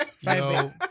Yo